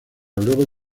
luego